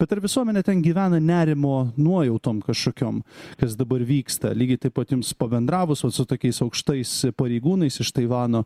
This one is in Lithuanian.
bet ar visuomenė ten gyvena nerimo nuojautom kažkokiom kas dabar vyksta lygiai taip pat jums pabendravus vat su tokiais aukštais pareigūnais iš taivano